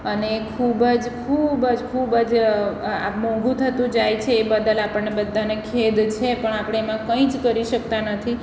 અને ખૂબ જ ખૂબ જ આ મોંઘું થતું જાય છે એ બદલ આપણને બધાને ખેદ છે પણ આપણે એમાં કંઈ જ કરી શકતા નથી